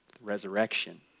resurrection